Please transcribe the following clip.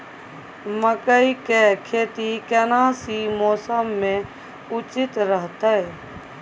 मकई के खेती केना सी मौसम मे उचित रहतय?